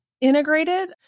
integrated